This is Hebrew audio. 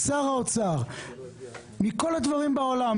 שר האוצר מכל הדברים בעולם,